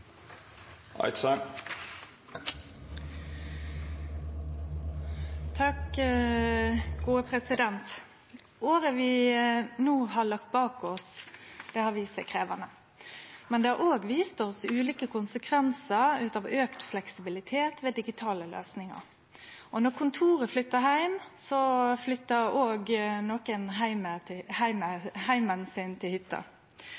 Året vi no har lagt bak oss, har vist seg krevjande, men det har òg vist oss ulike konsekvensar av auka fleksibilitet ved digitale løysingar. Og når kontoret flyttar heim, flyttar òg nokon heimen sin til